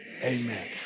Amen